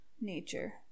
nature